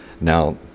Now